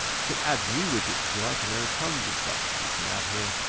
you can add new widgets if you like and there are tonnes of stuff that you can add here.